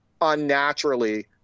unnaturally